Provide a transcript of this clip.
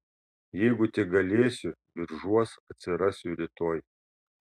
jeigu tik galėsiu biržuos atsirasiu rytoj